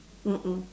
mm mm